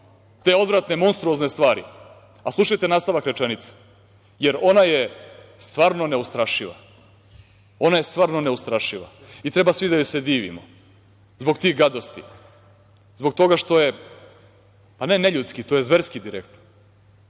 te odvratne, monstruozne stvari, a slušajte nastavak rečenice – jer ona je stvarno neustrašiva. Ona je stvarno neustrašiva i treba svi da joj se divimo zbog tih gadosti, zbog toga što je ne neljudski, to je zverski bih